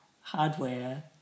hardware